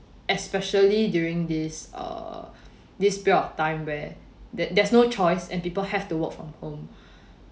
especially during this err this period of time where there there's no choice and people have to work from home